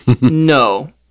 No